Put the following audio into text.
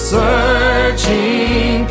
searching